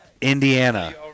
Indiana